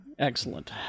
Excellent